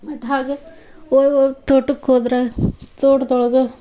ಮತ್ತು ಹಾಗೆ ಓ ಓ ತೋಟಕ್ಕೆ ಹೋದ್ರೆ ತೋಟ್ದೊಳಗೆ